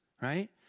right